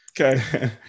Okay